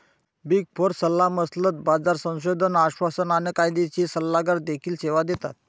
big four सल्लामसलत, बाजार संशोधन, आश्वासन आणि कायदेशीर सल्लागार देखील सेवा देतात